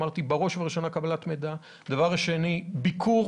אמרתי: בראש ובראשונה קבלת מידע, דבר שני, ביקור